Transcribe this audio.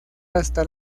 hasta